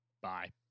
bye